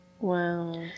wow